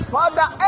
Father